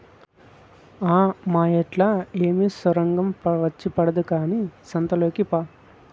ఆ మాయేట్లా ఏమి సొరంగం వచ్చి పడదు కానీ సంతలోకి పా